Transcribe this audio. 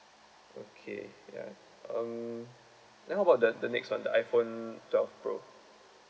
okay ya um then how about the the next one the iphone twelve pro